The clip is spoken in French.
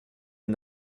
est